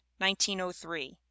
1903